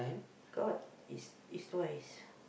got it's it's twice